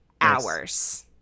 hours